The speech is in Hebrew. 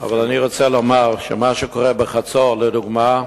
אבל אני רוצה לומר שמה שקורה בחצור, לדוגמה,